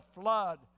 flood